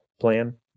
plan